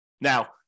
Now